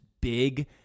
big